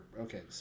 Okay